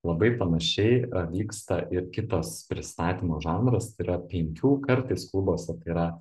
labai panašiai vyksta ir kitas pristatymo žanras tai yra penkių kartais klubuose tai yra